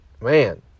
man